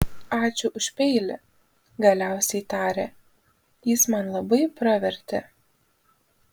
ačiū už peilį galiausiai tarė jis man labai pravertė